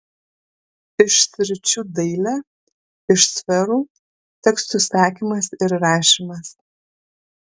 iš sričių dailė iš sferų tekstų sakymas ir rašymas